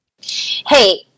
Hey